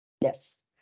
Yes